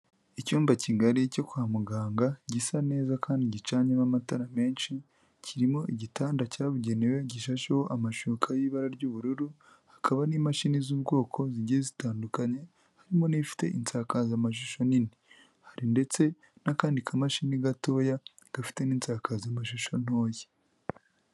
Icyumba kigari icyo kwa muganga gisa neza kandi gicanyemo amatara menshi, kirimo igitanda cyabugenewe gishasheho amashuka y'ibara ry'ubururu, hakaba n'imashini z'ubwoko zigiye zitandukanye, harimo n'ifite insakazamashusho nini, hari ndetse n'akandi kamashini gatoya gafite n'inzakazamashusho ntoya.